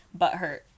butthurt